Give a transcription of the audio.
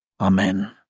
amen